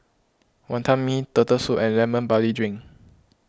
Wantan Mee Turtle Soup and Lemon Barley Drink